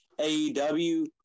AEW